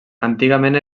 antigament